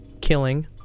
killing